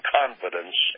confidence